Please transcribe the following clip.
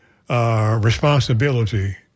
responsibility